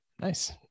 Nice